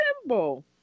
simple